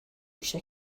eisiau